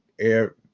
air